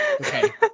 Okay